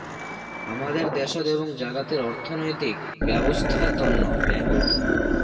হামাদের দ্যাশোত এবং জাগাতের অর্থনৈতিক ব্যবছস্থার তন্ন ব্যাঙ্ক গুরুত্বপূর্ণ